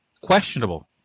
questionable